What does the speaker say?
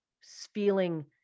feeling